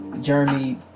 Jeremy